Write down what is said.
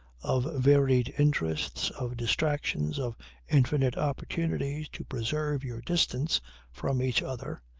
of varied interests, of distractions, of infinite opportunities to preserve your distance from each other,